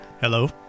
Hello